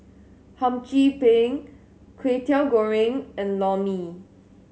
Hum Chim Peng Kway Teow Goreng and Lor Mee